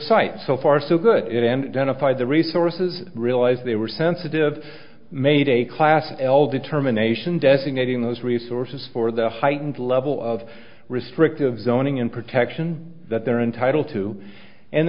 site so far so good at it and then to find the resources realized they were sensitive made a class l determination designating those resources for the heightened level of restrictive zoning and protection that they're entitled to and